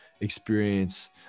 experience